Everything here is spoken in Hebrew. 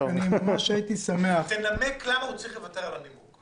ממש הייתי שמח אם היינו פותחים את הנושא הזה לדיון מחדש.